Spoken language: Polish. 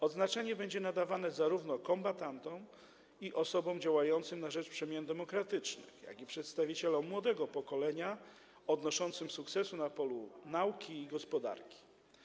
Odznaczenie to będzie nadawane zarówno kombatantom i osobom działającym na rzecz przemian demokratycznych, jak i przedstawicielom młodego pokolenia odnoszącym sukcesy na polach nauki i gospodarki.